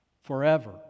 forever